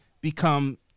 become